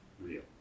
real